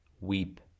Weep